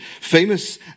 famous